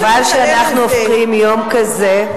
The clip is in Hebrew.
חבל שאנחנו הופכים יום כזה,